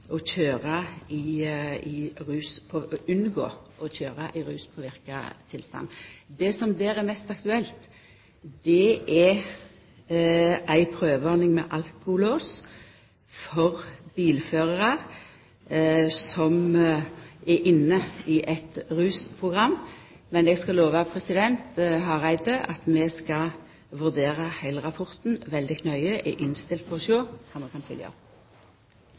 å unngå å køyra i ruspåverka tilstand, er hovudprioritet for Regjeringa. Det som er mest aktuelt, er ei prøveordning med alkolås for bilførarar som er inne i eit rusprogram. Men eg skal lova Hareide at vi skal vurdera heile rapporten veldig nøye. Eg er innstilt på å sjå på kva vi kan følgja